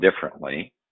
differently